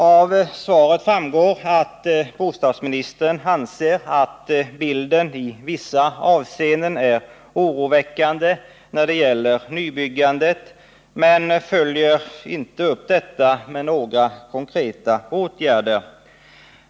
Av svaret framgår att bostadministern anser att bilden i vissa avseenden är oroväckande när det gäller nybyggandet, men bostadsministern följer inte upp detta konstaterande med förslag till några konkreta åtgärder.